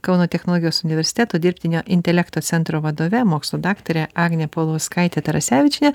kauno technologijos universiteto dirbtinio intelekto centro vadove mokslų daktare agne paulauskaite tarasevičiene